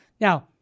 Now